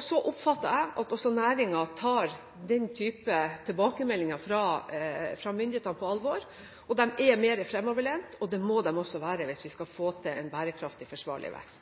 Så oppfatter jeg at også næringen tar den type tilbakemeldinger fra myndighetene på alvor, og de er mer fremoverlent, og det må de også være hvis vi skal få til en bærekraftig, forsvarlig vekst.